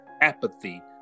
apathy